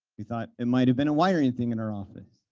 he thought it might have been a wiring thing in our office.